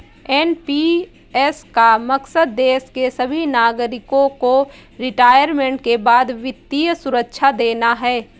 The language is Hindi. एन.पी.एस का मकसद देश के सभी नागरिकों को रिटायरमेंट के बाद वित्तीय सुरक्षा देना है